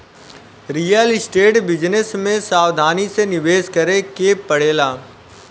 real estate business में सावधानी से निवेश करे के पड़ेला